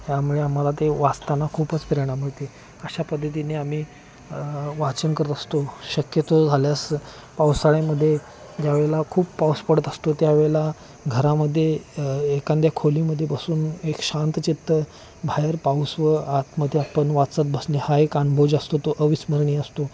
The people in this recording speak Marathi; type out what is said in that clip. त्यामुळे आम्हाला ते वाचताना खूपच प्रेरणा मिळते अशा पद्धतीने आम्ही वाचन करत असतो शक्यतो झाल्यास पावसाळ्यामध्येे ज्यावेळेला खूप पाऊस पडत असतो त्यावेेळेला घरामध्येे एखाद्या खोलीमध्येे बसून एक शांतचित्त बाहेर पाऊस व आतमध्येे आपण वाचत बसणे हा एक अनुभव जो असतो तो अविस्मरणीय असतो